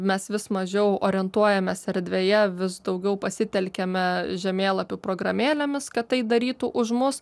mes vis mažiau orientuojamės erdvėje vis daugiau pasitelkiame žemėlapių programėlėmis kad tai darytų už mus